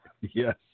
Yes